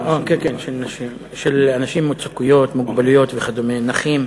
של אנשים עם מצוקות, מוגבלויות וכדומה, נכים.